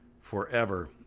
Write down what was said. forever